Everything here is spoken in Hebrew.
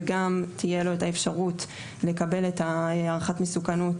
וגם תהיה לו את האפשרות לקבל את הערכת המסוכנות